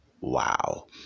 wow